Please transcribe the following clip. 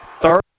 Third